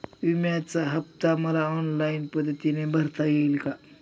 विम्याचा हफ्ता मला ऑनलाईन पद्धतीने भरता येईल का?